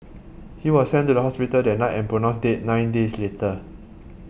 he was sent to the hospital that night and pronounced dead nine days later